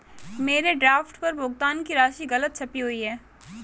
मेरे ड्राफ्ट पर भुगतान की राशि गलत छपी हुई है